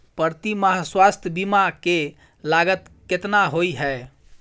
प्रति माह स्वास्थ्य बीमा केँ लागत केतना होइ है?